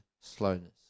slowness